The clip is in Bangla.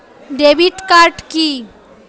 ডেবিট কার্ড কি?